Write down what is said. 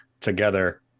together